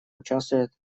участвует